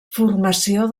formació